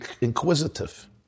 inquisitive